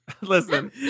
Listen